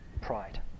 pride